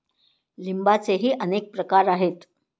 लिंबाचेही अनेक प्रकार आहेत